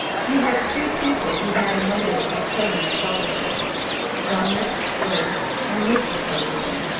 you have three people who had a motive for killing felderson zalnitch, woods and mrs. felderson.